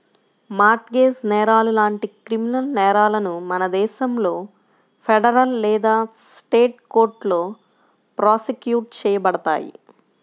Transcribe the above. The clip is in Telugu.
మార్ట్ గేజ్ నేరాలు లాంటి క్రిమినల్ నేరాలను మన దేశంలో ఫెడరల్ లేదా స్టేట్ కోర్టులో ప్రాసిక్యూట్ చేయబడతాయి